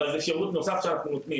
אבל זה שירות נוסף שאנחנו נותנים,